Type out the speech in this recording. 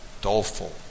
doleful